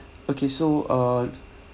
okay so uh